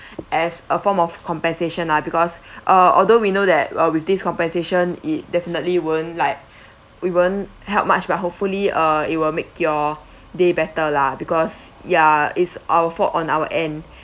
as a form of compensation ah because uh although we know that uh with this compensation it definitely won't like we won't help much but hopefully uh it will make your day better lah because ya it's our fault on our end